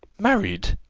married!